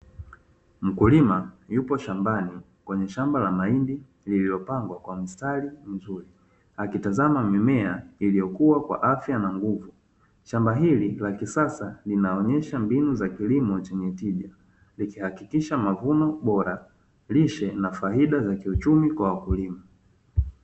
Mkulima yupo shambani kwenye shamba la mahindi lililopangwa kwa mstari akitazama mimea iliyokuwa kwa afya na nguvu, shamba hili la kisasa linaonyesha mbinu za kilimo zenye tija zikihakikisha mazao bora lishe na faida za kiuchumi kwa wakulima.